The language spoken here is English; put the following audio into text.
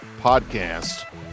podcast